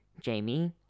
Jamie